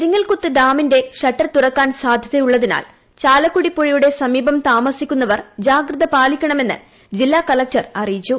പൊരിങ്ങൽക്കുത്ത് ഡാമിന്റെ ഷട്ടർ തുറക്കാൻ സാധ്യതയുള്ളതിനാൽ ചാലക്കുടി പുഴയുടെ സമീപം താമസിക്കുന്നവർ ജാഗ്രത പാലിക്കണമെന്ന് ജില്ലാ കളക്ടർ അറിയിച്ചു